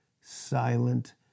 silent